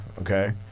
okay